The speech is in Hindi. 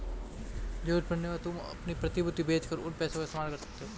ज़रूरत पड़ने पर तुम अपनी प्रतिभूति बेच कर उन पैसों का इस्तेमाल कर सकते हो